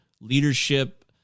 leadership